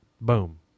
boom